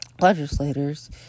legislators